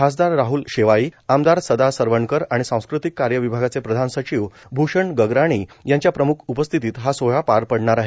खासदार राहल शेवाळी आमदार सदा सरवणकर आणि सांस्कृतिक कार्य विभागाचे प्रधान सचिव भूषण गगराणी यांच्या प्रमुख उपस्थितीत हा सोहळा पार पडणार आहे